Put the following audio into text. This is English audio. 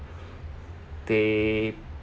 they